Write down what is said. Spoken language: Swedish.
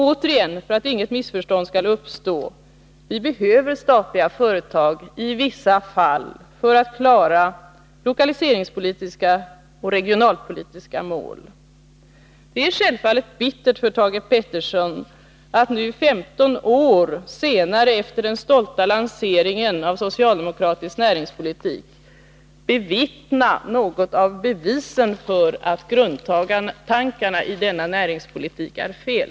Återigen, för att inget missförstånd skall uppstå: Vi behöver statliga företag i vissa fall för att klara lokaliseringspolitiska och regionalpolitiska mål. Det är självfallet bittert för Thage Peterson att nu, 15 år efter den stolta lanseringen av socialdemokratisk näringspolitik, bevittna något av bevisen för att grundtankarna i denna näringspolitik är fel.